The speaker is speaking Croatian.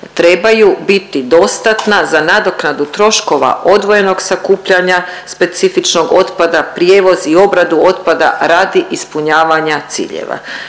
trebaju biti dostatna za nadoknadu troškova odvojenog sakupljanja specifičnog otpada, prijevoz i obradu otpada radi ispunjavanja ciljeva.